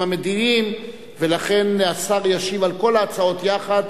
המדיניים ולכן השר ישיב על כל ההצעות יחד,